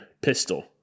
Pistol